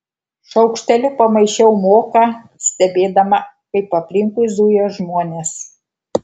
šaukšteliu pamaišiau moką stebėdama kaip aplinkui zuja žmonės